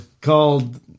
called